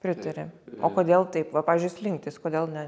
pritari o kodėl taip va pavyzdžiui slinktys kodėl ne